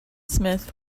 smith